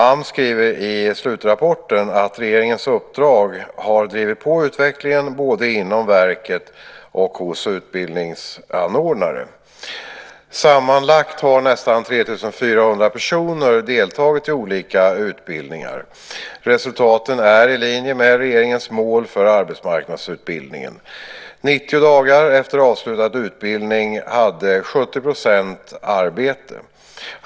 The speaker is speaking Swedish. AMS skriver i slutrapporten att regeringens uppdrag har drivit på utvecklingen både inom verket och hos utbildningsanordnare. Sammanlagt har nästan 3 400 personer deltagit i olika utbildningar. Resultaten är i linje med regeringens mål för arbetsmarknadsutbildningen. 90 dagar efter avslutad utbildning hade 70 % arbete.